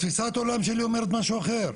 תפיסת העולם שלי אומרת משהו אחר,